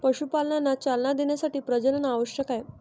पशुपालनाला चालना देण्यासाठी प्रजनन आवश्यक आहे